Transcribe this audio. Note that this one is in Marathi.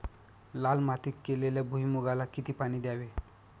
लाल मातीत केलेल्या भुईमूगाला किती पाणी द्यावे?